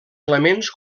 elements